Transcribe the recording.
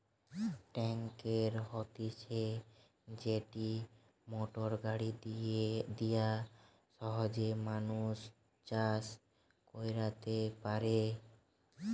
tractor হতিছে যেটি motor গাড়ি দিয়া সহজে মানুষ চাষ কইরতে পারে